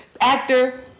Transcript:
actor